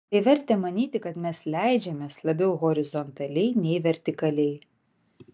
tai vertė manyti kad mes leidžiamės labiau horizontaliai nei vertikaliai